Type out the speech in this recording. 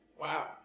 Wow